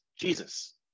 Jesus